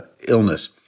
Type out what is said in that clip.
illness